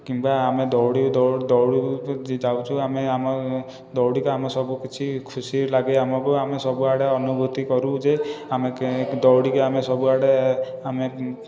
କିମ୍ବା ଆମେ ଦୌଡ଼ି ଦୌଡ଼ିବାକୁ ଯାଉଛୁ ଆମେ ଆମ ଦୌଡ଼ିକି ଆମ ସବୁକିଛି ଖୁସି ଲାଗେ ଆମକୁ ଆମେ ସବୁଆଡ଼େ ଅନୁଭୂତି କରୁ ଯେ ଆମେ ଦୌଡ଼ିକି ଆମେ ସବୁଆଡ଼େ ଆମେ